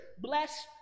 bless